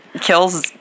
kills